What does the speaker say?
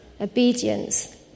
obedience